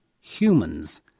humans